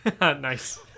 Nice